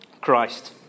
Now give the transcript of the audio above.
Christ